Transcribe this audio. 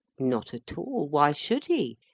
not at all why should he?